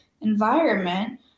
environment